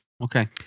Okay